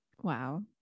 Wow